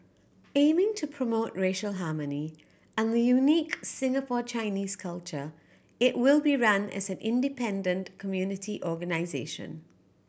aiming to promote racial harmony and the unique Singapore Chinese culture it will be run as an independent community organisation